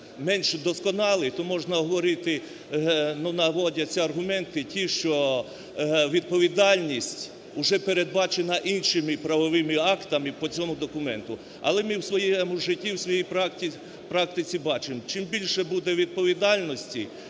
менш досконалий, то можна говорити, ну, наводяться аргументи ті, що відповідальність вже передбачена іншими правовими актами по цьому документу. Але ми в своєму житті, в своїй практиці бачимо, чим більше буде відповідальності,